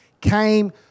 came